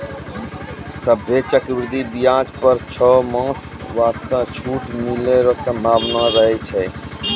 सभ्भे चक्रवृद्धि व्याज पर छौ मास वास्ते छूट मिलै रो सम्भावना रहै छै